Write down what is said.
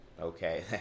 okay